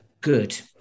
good